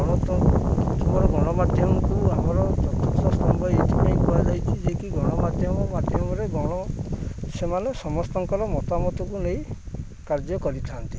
ଗଣତନ୍ତ୍ରଙ୍କର ଗଣମାଧ୍ୟମକୁ ଆମର ଚତୁର୍ଥ ସ୍ତମ୍ଭ ଏଥିପାଇଁ କୁହାଯାଇଛିି ଯେକି ଗଣମାଧ୍ୟମ ମାଧ୍ୟମରେ ଗଣ ସେମାନେ ସମସ୍ତଙ୍କର ମତାମତକୁ ନେଇ କାର୍ଯ୍ୟ କରିଥାନ୍ତି